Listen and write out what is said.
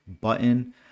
button